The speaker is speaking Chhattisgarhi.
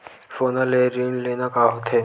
सोना ले ऋण लेना का होथे?